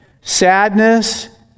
sadness